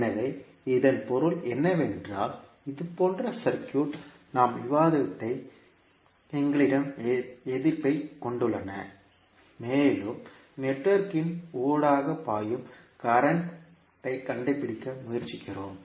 எனவே இதன் பொருள் என்னவென்றால் இது போன்ற சர்க்யூட் நாம் விவாதித்தவை எங்களிடம் எதிர்ப்பைக் கொண்டுள்ளன மேலும் நெட்வொர்க் இன் ஊடாக பாயும் மின்னோட்டத்தைக் கண்டுபிடிக்க முயற்சிக்கிறோம்